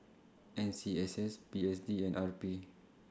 N C S S P S D and R P